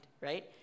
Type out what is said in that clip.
right